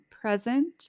present